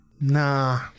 nah